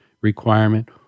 requirement